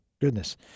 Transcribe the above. goodness